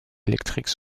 électriques